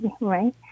right